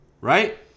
right